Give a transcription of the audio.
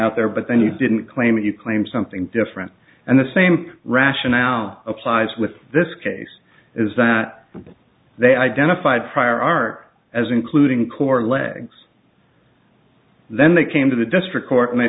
out there but then you didn't claim it you claim something different and the same rationale applies with this case is that they identified prior art as including court legs then they came to the district court and they